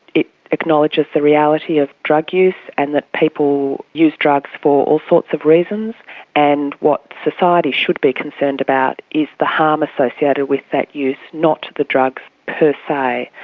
it acknowledges the reality of drug use and that people use drugs for all sorts of reasons and what society should be concerned about is the harm associated with that use, not the drugs per se.